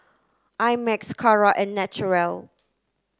I Max Kara and Naturel